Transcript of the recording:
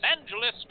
Angeles